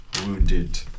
wounded